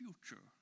future